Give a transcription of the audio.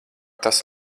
tas